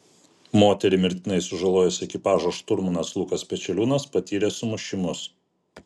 moterį mirtinai sužalojusio ekipažo šturmanas lukas pečeliūnas patyrė sumušimus